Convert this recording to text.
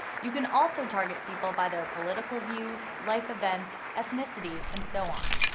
you can also target people by their political views, life events, ethnicity, and so on.